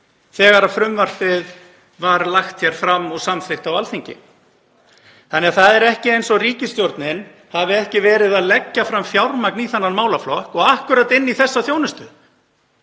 þegar frumvarpið var lagt fram og samþykkt á Alþingi. Því er ekki eins og ríkisstjórnin hafi ekki verið að leggja til fjármagn í þennan málaflokk og akkúrat inn í þessa þjónustu.